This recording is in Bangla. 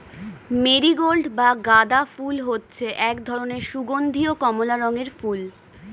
মেরিগোল্ড বা গাঁদা ফুল হচ্ছে এক ধরনের সুগন্ধীয় কমলা রঙের ফুল